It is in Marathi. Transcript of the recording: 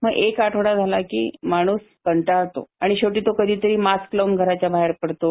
मग एक आठवडा झाला की माणूस कंटाळतो आणि शेवटी तो कधीतरी मास्क लावून घराच्याबाहेर पडतो